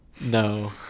No